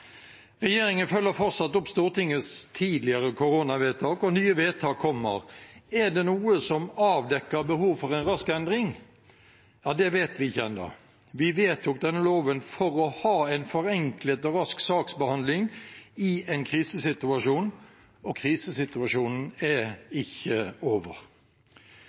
Regjeringen følger fortsatt opp Stortingets tidligere koronavedtak, og nye vedtak kommer. Er det noe som avdekker behov for en rask endring? Det vet vi ikke ennå. Vi vedtok denne loven for å ha en forenklet og rask saksbehandling i en krisesituasjon, og krisesituasjonen er ikke over.